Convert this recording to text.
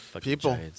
People